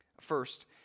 First